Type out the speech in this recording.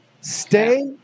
Stay